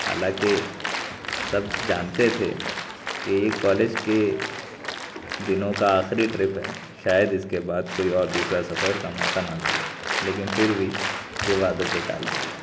حالا کہ سب جانتے تھے کہ یہ کالج کے دنوں کا آخری ٹرپ ہے شاید اس کے بعد کوئی اور دوسرا سفر کا موقع نہ ملے لیکن پھر بھی یہ وعدوں پہ ٹالا گیا